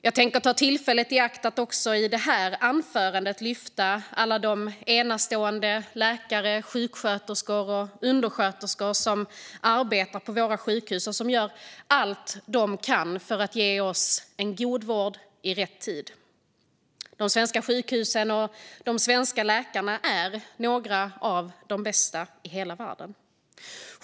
Jag tänker ta tillfället i akt att också i detta anförande lyfta fram alla de enastående läkare, sjuksköterskor och undersköterskor som arbetar på våra sjukhus och som gör allt de kan för att ge oss god vård i rätt tid. De svenska sjukhusen och de svenska läkarna är några av de bästa i världen.